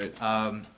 Right